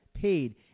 paid